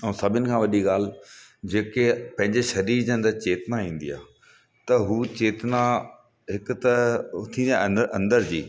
ऐं सभिनि खां वॾी ॻाल्हि जेके पैंजे शरीर जे अंदर चेतना ईंदी आहे त उहा चेतना हिकु त थी अंदर अंदर जी